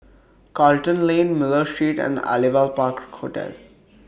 Charlton Lane Miller Street and Aliwal Park Hotel